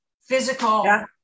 physical